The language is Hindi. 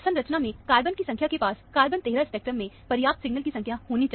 संरचना में कार्बन की संख्या के पास कार्बन 13 स्पेक्ट्रम में पर्याप्त सिग्नल की संख्या होनी चाहिए